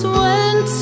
went